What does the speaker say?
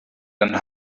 and